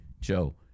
Joe